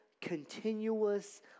continuous